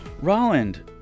Roland